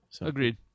Agreed